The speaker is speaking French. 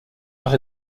arts